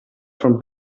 von